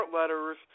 letters